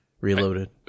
Reloaded